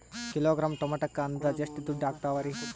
Kilogram ಟೊಮೆಟೊಕ್ಕ ಅಂದಾಜ್ ಎಷ್ಟ ದುಡ್ಡ ಅಗತವರಿ?